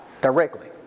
directly